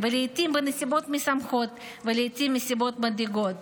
לעיתים בנסיבות משמחות ולעיתים בנסיבות מדאיגות.